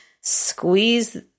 squeeze